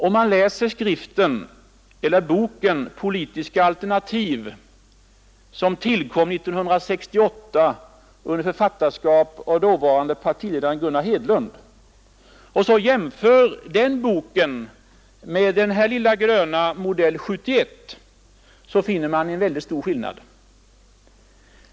Om man läser boken ”Politiska alternativ”, som tillkom 1968 under författarskap av dåvarande partiledaren Gunnar Hedlund och jämför den boken med centerns lilla gröna, modell 1971, finner man en mycket stor skillnad.